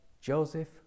Joseph